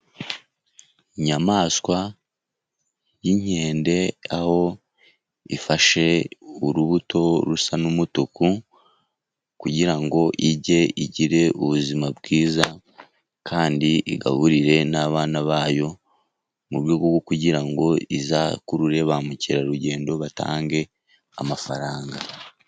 Inyamaswa y'inkende aho ifashe urubuto rusa n'umutuku, kugira ngo irye igire ubuzima bwiza, kandi igaburire n'abana bayo. Mu buryo bwo kugira ngo izakurure ba mukerarugendo batange amafaranga.